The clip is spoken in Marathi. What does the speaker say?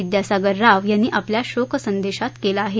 विद्यासागर राव यांनी आपल्या शोकसंदेशात केला आहे